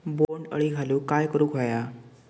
बोंड अळी घालवूक काय करू व्हया?